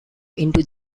into